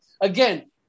again